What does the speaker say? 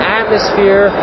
atmosphere